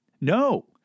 No